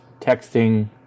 texting